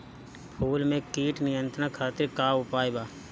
फूल में कीट नियंत्रण खातिर का उपाय बा?